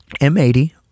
M80